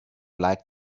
like